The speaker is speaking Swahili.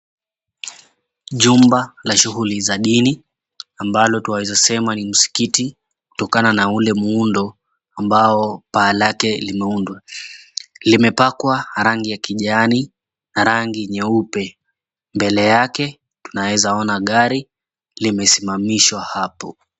Jumba la shughuli za dini, ambalo twaweza sema ni msikiti, kutokana na ule muundo, ambao paa lake limeundwa. Limepakwa rangi ya kijani na rangi nyeupe. Mbele yake tunaweza ona gari limesimamishwa hapo.